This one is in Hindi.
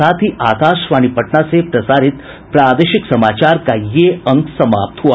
इसके साथ ही आकाशवाणी पटना से प्रसारित प्रादेशिक समाचार का ये अंक समाप्त हुआ